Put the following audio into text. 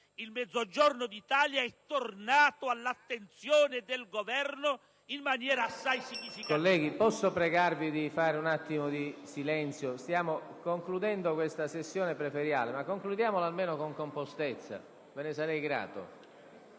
il Mezzogiorno d'Italia è tornato all'attenzione del Governo in maniera assai significativa.